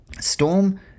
Storm